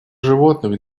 животных